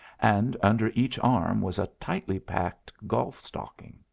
and under each arm was a tightly packed golf stocking.